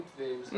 בבקשה.